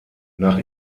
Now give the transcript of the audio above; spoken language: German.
nach